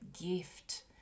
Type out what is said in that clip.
gift